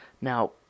Now